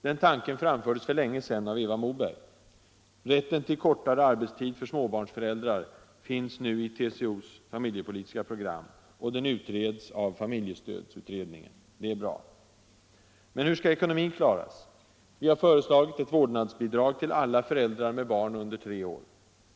Den tanken framfördes för länge sedan av Eva Moberg. Rätten till kortare arbetstid för småbarnsföräldrar finns i TCO:s familjepolitiska program. Och den utreds nu av familjestödsutredningen. Det är bra. Men hur skall ekonomin klaras? Vi har föreslagit ett vårdnadsbidrag till alla föräldrar med barn under tre år.